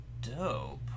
Dope